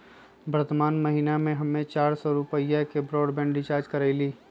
वर्तमान महीना में हम्मे चार सौ रुपया के ब्राडबैंड रीचार्ज कईली